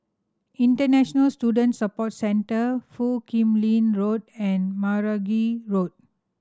International Student Support Centre Foo Kim Lin Road and Meragi Road